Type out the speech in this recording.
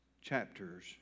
chapters